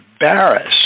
embarrassed